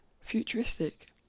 futuristic